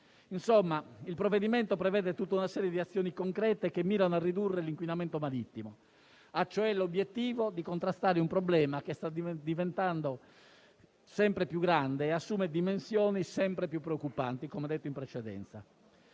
Insomma, il provvedimento prevede tutta una serie di azioni concrete che mirano a ridurre l'inquinamento marittimo: ha, cioè, l'obiettivo di contrastare un problema che sta diventando sempre più grande e assume dimensioni sempre più preoccupanti, come evidenziato in precedenza.